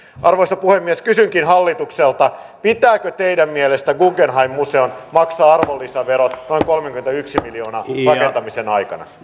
arvoisa puhemies kysynkin hallitukselta pitääkö teidän mielestänne guggenheim museon maksaa arvonlisäverot noin kolmekymmentäyksi miljoonaa rakentamisen aikana